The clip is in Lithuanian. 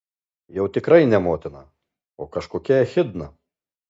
jau tikrai ne motina o kažkokia echidna